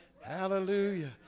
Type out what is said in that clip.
Hallelujah